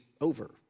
over